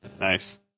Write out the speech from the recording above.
Nice